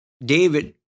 David